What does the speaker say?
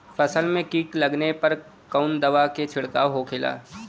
फसल में कीट लगने पर कौन दवा के छिड़काव होखेला?